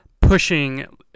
pushing